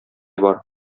бар